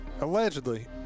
allegedly